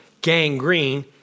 gangrene